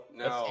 no